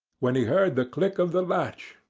when he heard the click of the latch,